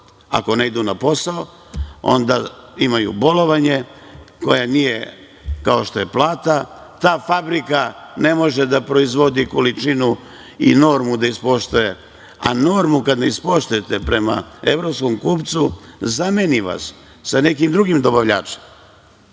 Ako, ne idu na posao onda imaju bolovanje koje nije kao što je plata. Ta fabrika ne može da proizvodi količinu i normu da ispoštuje, a normu kada ne ispoštujete prema evropskom kupcu zameni vas sa nekim drugim dobavljačem. Tako